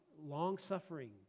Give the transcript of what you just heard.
long-suffering